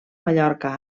mallorca